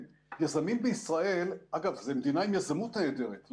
יזמים בישראל אגב, זו מדינה עם יזמות נהדרת.